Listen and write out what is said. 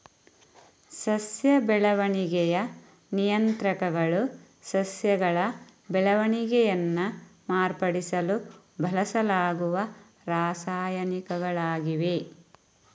ಸಸ್ಯ ಬೆಳವಣಿಗೆಯ ನಿಯಂತ್ರಕಗಳು ಸಸ್ಯಗಳ ಬೆಳವಣಿಗೆಯನ್ನ ಮಾರ್ಪಡಿಸಲು ಬಳಸಲಾಗುವ ರಾಸಾಯನಿಕಗಳಾಗಿವೆ